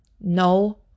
No